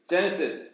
Genesis